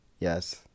Yes